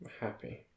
Happy